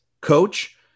coach